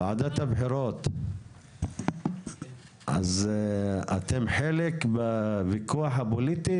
וועדת הבחירות אז אתם חלק בוויכוח הפוליטי?